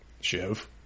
Shiv